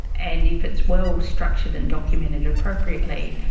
and if it's well-structured and documented appropriately,